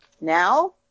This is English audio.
now